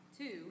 two